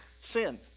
sin